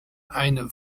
eine